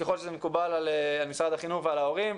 ככל שזה מקובל על משרד החינוך ועל ההורים,